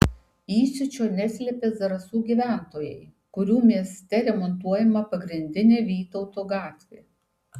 įsiūčio neslėpė zarasų gyventojai kurių mieste remontuojama pagrindinė vytauto gatvė